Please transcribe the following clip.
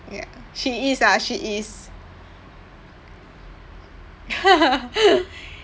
ya she is ah she is